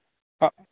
ప